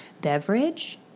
beverage